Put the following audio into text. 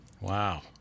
Wow